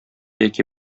яки